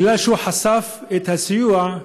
כי הוא חשף את הסיוע,